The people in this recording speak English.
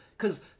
Cause